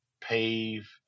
pave